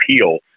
appeal